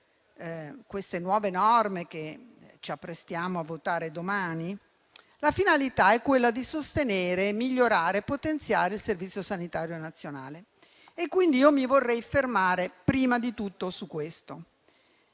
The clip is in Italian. queste nuove norme che ci apprestiamo a votare domani è quella di sostenere, migliorare e potenziare il Servizio sanitario nazionale, pertanto io mi vorrei fermare prima di tutto su questo.